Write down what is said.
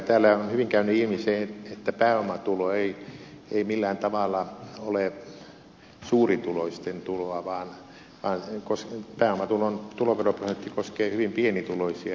täällä on hyvin käynyt ilmi se että pääomatulo ei millään tavalla ole suurituloisten tuloa vaan pääomatulon tuloveroprosentti koskee hyvin pienituloisia